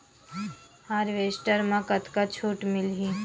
Harvester म कतका छूट मिलही?